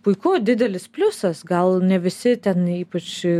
puiku didelis pliusas gal ne visi ten ypač